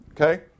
okay